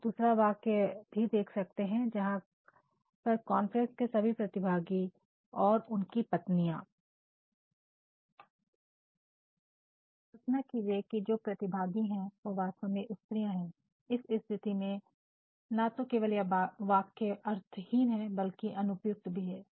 आप दूसरा वाक्य भी देख सकते हैं जहां पर "all conference participants and their wives" आप कल्पना कीजिएकि जो प्रतिभागी हैं वह वास्तव में स्त्रियां है इस स्थिति में ना तो केवल यह वाक्य अर्थहीन है बल्कि अनुपयुक्त भी है